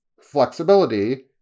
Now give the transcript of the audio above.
flexibility